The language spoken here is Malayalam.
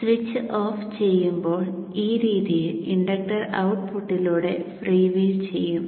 സ്വിച്ച് ഓഫ് ചെയ്യുമ്പോൾ ഈ രീതിയിൽ ഇൻഡക്ടർ ഔട്ട്പുട്ടിലൂടെ ഫ്രീ വീൽ ചെയ്യും